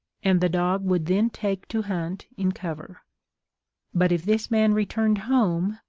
and the dog would then take to hunt in cover but if this man returned home,